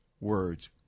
words